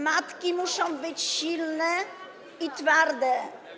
Matki muszą być silne i twarde.